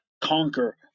conquer